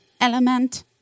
element